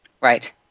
Right